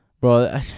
Bro